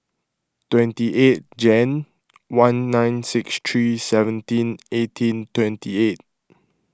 twenty eight Jan one nine six three seventeen eighteen twenty eight